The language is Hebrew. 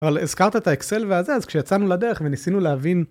אבל הזכרת את האקסל והזה, אז כשיצאנו לדרך וניסינו להבין...